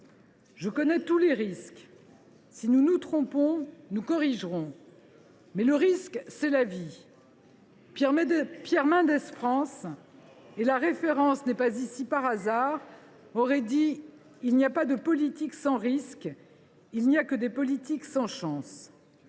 Je connais tous les risques. Si nous nous trompons, nous corrigerons. Mais le risque, c’est la vie. Pierre Mendès France, et je ne cite pas cette référence ici par hasard, aurait dit : “Il n’y a pas de politique sans risque, il n’y a que des politiques sans chance.”